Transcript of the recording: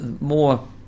more